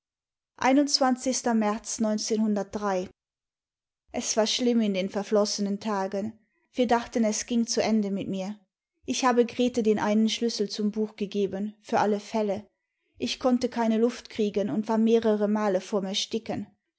es war schlimm in den verflossenen tagen wir dachten es ging zu ende mit mir ich habe grete den einen schlüssel zum buch gegeben für alle fälle ich konnte keine luft kriegen imd war mehrere male vorm ersticken